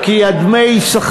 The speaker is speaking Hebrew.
אני לא חושב,